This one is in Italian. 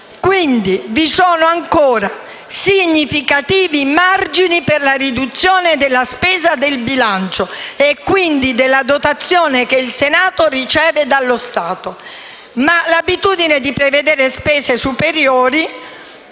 Vi sono ancora significativi margini per la riduzione della spesa del bilancio e, quindi, della dotazione che il Senato riceve dallo Stato. Ma è ormai abituale prevedere spese superiori.